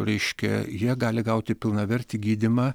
reiškia jie gali gauti pilnavertį gydymą